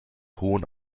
hohen